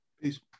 Peace